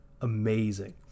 amazing